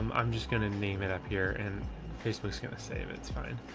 um i'm just going to name it up here and facebook's going to save it. it's fine.